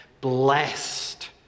Blessed